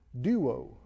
Duo